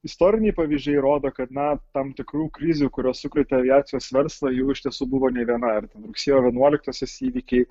istoriniai pavyzdžiai rodo kad na tam tikrų krizių kurios sukrėtė aviacijos verslą jų iš tiesų buvo nė viena ar ten rugsėjo vienuoliktosios įvykiai